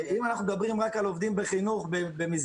אם אנחנו מדברים רק על עובדים בחינוך במסגרת